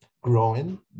growing